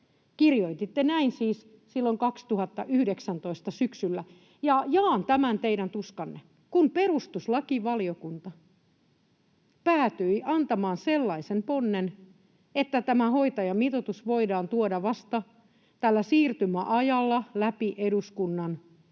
Kirjoititte näin siis silloin syksyllä 2019, ja jaan tämän teidän tuskanne. Kun perustuslakivaliokunta päätyi antamaan sellaisen ponnen, että tämä hoitajamitoitus voidaan tuoda vasta tällä siirtymäajalla läpi eduskunnan,